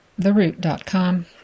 theroot.com